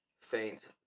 faint